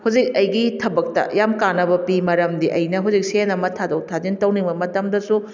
ꯍꯧꯖꯤꯛ ꯑꯩꯒꯤ ꯊꯕꯛꯇ ꯌꯥꯝ ꯀꯥꯅꯕ ꯄꯤ ꯃꯔꯝꯗꯤ ꯑꯩꯅ ꯍꯧꯖꯤꯛ ꯁꯦꯜ ꯑꯃ ꯊꯥꯗꯣꯛ ꯊꯥꯖꯤꯟ ꯇꯧꯅꯤꯡꯕ ꯃꯇꯝꯗꯁꯨ